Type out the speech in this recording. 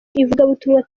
ivugabutumwa